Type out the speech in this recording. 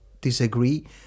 disagree